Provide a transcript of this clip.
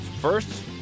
First